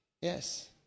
Yes